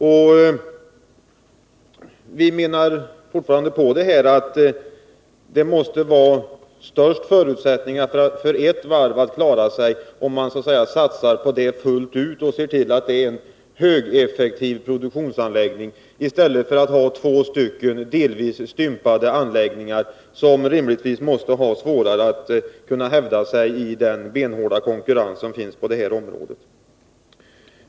Och vi menar fortfarande att det måste föreligga störst förutsättningar för ett varv att klara sig, om man satsar på detta fullt ut och ser till att det är en högeffektiv produktionsanläggning, i stället för att ha två delvis stympade anläggningar, som rimligtvis måste ha svårare att hävda sig i den benhårda konkurrensen på området.